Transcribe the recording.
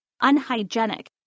unhygienic